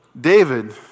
David